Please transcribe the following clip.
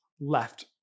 left